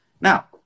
Now